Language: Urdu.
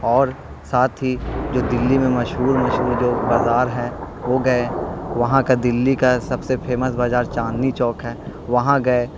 اور ساتھ ہی جو دہلی میں مشہور مشہور جو بازار ہے وہ گئے وہاں کا دہلی کا سب سے فیمس بازار چاندنی چوک ہے وہاں گئے